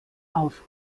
auf